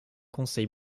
conseil